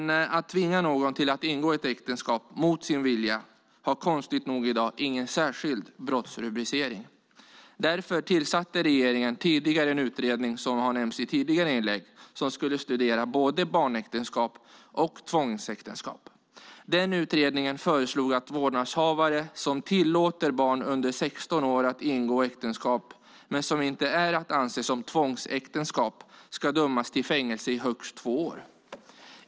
Att tvinga någon att ingå äktenskap mot sin vilja har konstigt nog ingen särskild brottsrubricering i dag. Därför tillsatte regeringen en utredning, som har nämnts i tidigare inlägg, som skulle studera både barnäktenskap och tvångsäktenskap. Den utredningen föreslog att vårdnadshavare som tillåter barn under 16 år att ingå äktenskap som inte är att anse som tvångsäktenskap ska dömas till fängelse i högst två år.